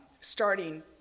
starting